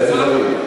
על איזה דברים?